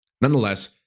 Nonetheless